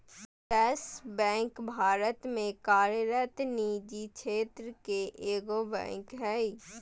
yes Bank Bharat में कार्यरत निजी क्षेत्र के एगो बैंक हइ